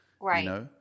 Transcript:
Right